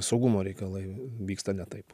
saugumo reikalai vyksta ne taip